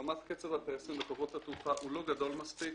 הזרמת קצב הטייסים לחברות התעופה היא לא גדולה מספיק.